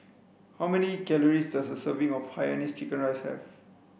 how many calories does a serving of hainanese chicken rice have